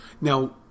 Now